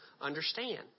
understand